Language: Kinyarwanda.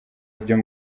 byo